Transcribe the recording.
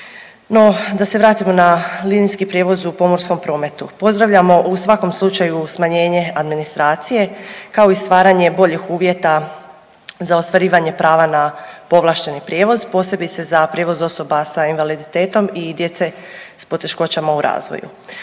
da se vratimo na linijski prijevoz u pomorskom prometu. Pozdravljamo u svakom slučaju smanjenje administracije kao i stvaranje boljih uvjeta za ostvarivanje prava na povlašteni prijevoz, posebice za prijevoz osoba sa invaliditetom i djece s poteškoćama u razvoju.